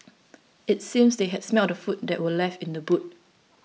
it seemed that they had smelt the food that were left in the boot